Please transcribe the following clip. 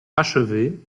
achevé